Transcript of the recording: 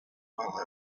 while